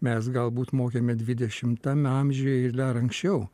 mes galbūt mokėme dvidešimtame amžiuje ir dar anksčiau